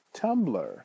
Tumblr